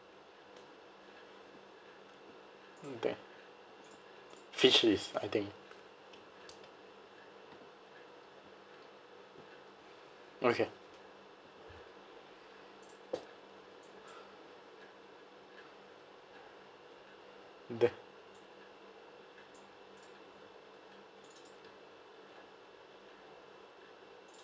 okay fake cheese I think okay there